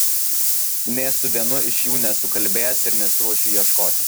nė su vienu iš jų nesu kalbėjęs ir nesiruošiu ieškoti